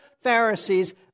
Pharisees